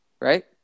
right